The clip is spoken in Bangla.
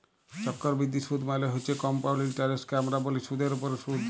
চক্করবিদ্ধি সুদ মালে হছে কমপাউল্ড ইলটারেস্টকে আমরা ব্যলি সুদের উপরে সুদ